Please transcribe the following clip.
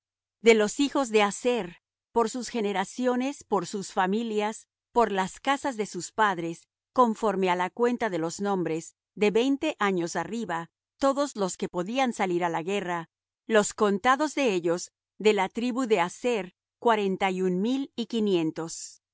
de los hijos de aser por sus generaciones por sus familias por las casas de sus padres conforme á la cuenta de los nombres de veinte años arriba todos los que podían salir á la guerra los contados de ellos de la tribu de aser cuarenta y un mil y quinientos